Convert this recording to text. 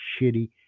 shitty